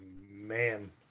man